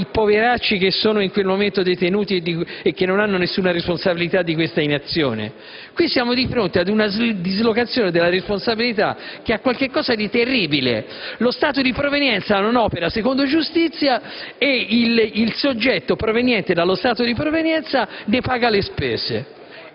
ai poveracci che sono in quel momento detenuti e che non hanno nessuna responsabilità di questa inazione? Qui siamo di fronte ad una dislocazione della responsabilità che ha qualcosa di terribile. Lo Stato di provenienza non opera secondo giustizia ed il soggetto proveniente dallo Stato di provenienza ne paga le spese.